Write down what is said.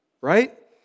right